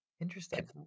interesting